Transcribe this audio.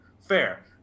Fair